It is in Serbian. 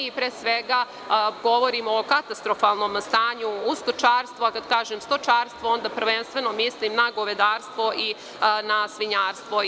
Pre svega govorim o katastrofalnom stanju u stočarstvu, a kada kažem stočarstvo, onda prvenstveno mislim na govedarstvo i na svinjarstvo.